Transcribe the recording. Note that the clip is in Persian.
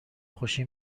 خوشی